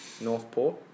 Northport